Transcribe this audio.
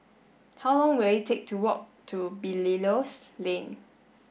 how long will it take to walk to Belilios Lane